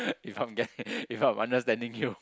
if I'm get if I'm understanding you